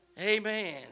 Amen